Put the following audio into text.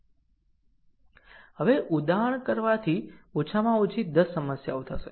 હવે ઉદાહરણ કરવાથી ઓછામાં ઓછી 10 સમસ્યાઓ થશે